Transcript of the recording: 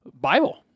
Bible